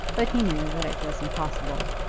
but he knew that it was impossible.